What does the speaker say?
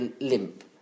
limp